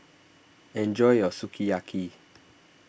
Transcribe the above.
enjoy your Sukiyaki